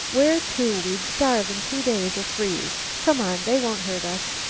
where to? we'd starve in two days, or freeze. come on. they won't hurt us.